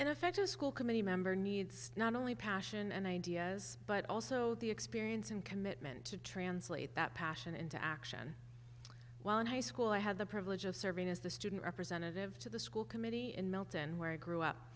third in effect a school committee member needs not only passion and ideas but also the experience and commitment to translate that passion into action while in high school i had the privilege of serving as the student representative to the school committee in milton where i grew up